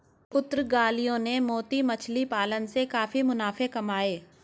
पुर्तगालियों ने मोती मछली पालन से काफी मुनाफे कमाए